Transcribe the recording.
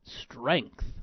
strength